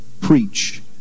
preach